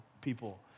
people